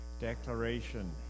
declaration